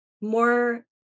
more